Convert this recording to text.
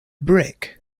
brick